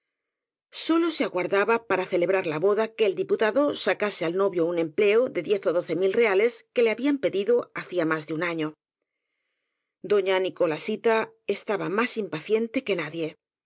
sólo se aguar daba para celebrar la boda que el diputado sacase al novio un empleo de diez ó doce mil reales que le habían pedido hacía más de un año doña nico lasita estaba más impaciente que nadie